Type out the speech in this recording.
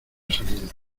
salida